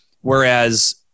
Whereas